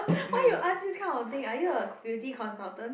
why you ask this kind of thing are you a beauty consultant